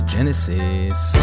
Genesis